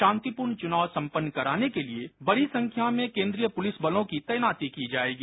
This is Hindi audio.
शांतिपूर्ण चुनाव संपन्न कराने के लिए बड़ी संख्या में केंद्रीय पुलिस बलों की तैनाती की जाएगी